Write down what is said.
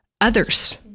others